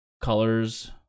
colors